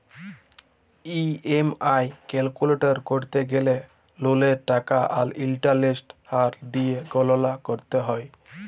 EMI calculate ক্যরতে গ্যালে ললের টাকা আর ইলটারেস্টের হার দিঁয়ে গললা ক্যরতে হ্যয়